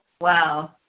Wow